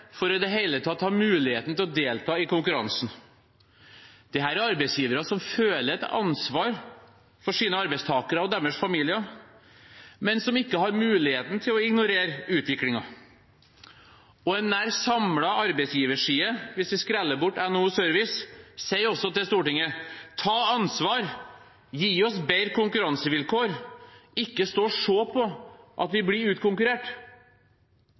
for i det hele tatt å ha mulighet til å delta i konkurransen. Dette er arbeidsgivere som føler et ansvar for sine arbeidstakere og deres familier, men som ikke har mulighet til å ignorere utviklingen. Og en nesten samlet arbeidsgiverside – hvis vi skreller bort NHO Service – sier til Stortinget: Ta ansvar, gi oss bedre konkurransevilkår, ikke stå og se på at vi blir utkonkurrert.